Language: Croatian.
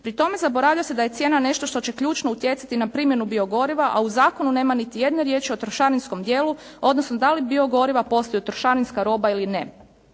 Pri tome zaboravlja se da je cijena nešto što će ključno utjecati na primjenu biogoriva, a u zakonu nema niti jedne riječi o trošarinskom dijelu odnosno da li biogoriva postaju trošarinska roba ili ne.